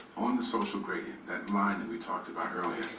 on the social gradient, that line that we talked about earlier,